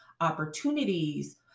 opportunities